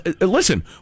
listen